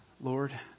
Lord